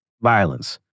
violence